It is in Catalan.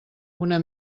una